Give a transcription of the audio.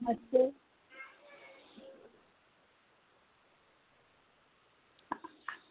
नमस्ते